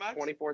24